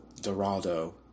Dorado